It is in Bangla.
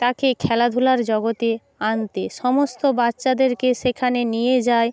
তাকে খেলাধূলার জগতে আনতে সমস্ত বাচ্চাদেরকে সেখানে নিয়ে যাই